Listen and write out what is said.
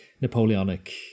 Napoleonic